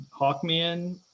Hawkman